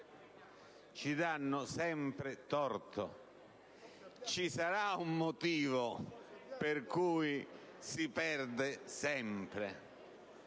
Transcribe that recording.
ci danno sempre torto. Ci sarà un motivo per cui si perde sempre?